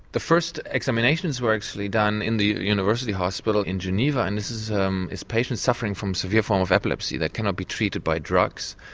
the first examinations were actually done in the university hospital in geneva, and this is um is patients suffering from a severe form of epilepsy that cannot be treated by drugs.